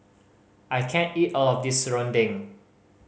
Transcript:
I can't eat all of this serunding